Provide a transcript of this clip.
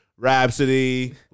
Rhapsody